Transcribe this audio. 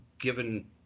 given